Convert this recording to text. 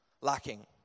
lacking